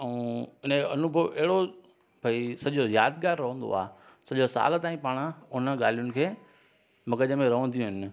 ऐं उनजो अनुभव अहिड़ो भई सॼो यादगार रहंदो आहे सॼा साल ताईं पाण उन ॻाल्हियुनि खे मगज़ में रहंदी आहिनि